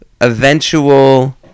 eventual